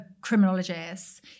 criminologists